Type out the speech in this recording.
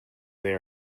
they